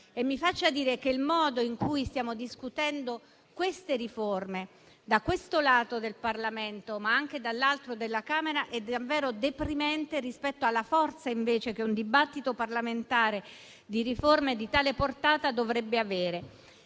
Mi faccia dire che il modo in cui stiamo discutendo queste riforme da questo lato del Parlamento, ma anche dall'altro della Camera, è davvero deprimente rispetto alla forza, invece, che un dibattito parlamentare di riforme di tale portata dovrebbe avere.